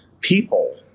people